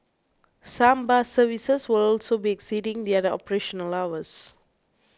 some bus services will also be extending their operational hours